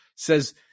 says